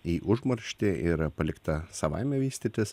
į užmarštį ir palikta savaime vystytis